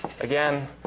Again